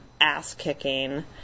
ass-kicking